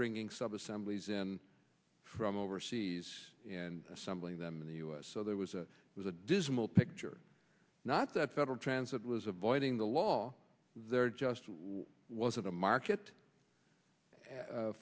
bringing subassemblies in from overseas and assembling them in the u s so there was a it was a dismal picture not that federal transit was avoiding the law there just wasn't a market